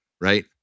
Right